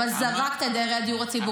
אבל זרקת את דיירי הציבורי,